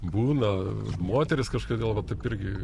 būna moterys kažkodėl va taip irgi